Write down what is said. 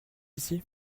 ici